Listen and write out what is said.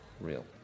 real